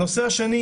הנושא השני